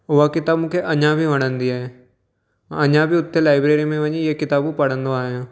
उहा किताबु मूंखे अञा बि वणंदी आहे ऐं अञा बि हुते लाइब्रेरी में वञी इहे किताबूं पढ़ंदो आहियां